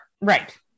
Right